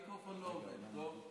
ובמיוחד בימים אלו.